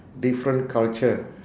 different culture